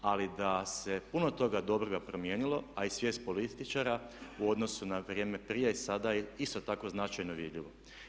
Ali da se puno toga dobroga promijenilo a i svijest političara u odnosu na vrijeme prije i sada je isto tako značajno vidljivo.